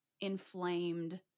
inflamed